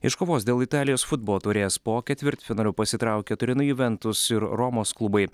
iš kovos dėl italijos futbolo taurės po ketvirtfinalio pasitraukė turino juventus ir romos klubai